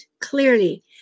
clearly